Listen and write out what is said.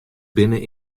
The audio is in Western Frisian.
binne